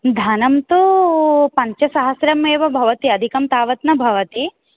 धनं तु पञ्चसहस्रमेव भवति अधिकं तावत् न भवति